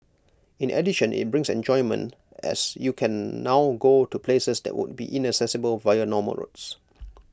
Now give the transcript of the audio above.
in addition IT brings enjoyment as you can now go to places that would be inaccessible via normal roads